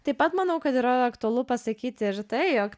taip pat manau kad yra aktualu pasakyti ir tai jog